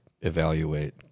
evaluate